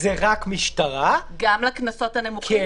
זה רק משטרה --- גם לקנסות הנמוכים?